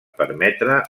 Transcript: permetre